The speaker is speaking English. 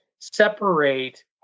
separate